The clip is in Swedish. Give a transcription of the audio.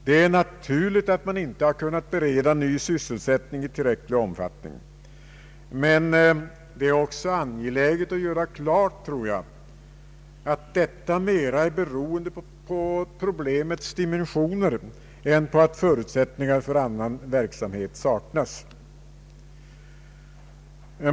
Det är naturligt att man inte har kunnat bereda ny sysselsättning i tillräcklig omfattning, men det är också angeläget att göra klart för sig att detta är mer beroende på problemets dimensioner än på att förutsättningar för annan verksamhet saknas.